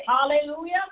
Hallelujah